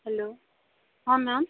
hello ହଁ ma'am